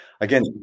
again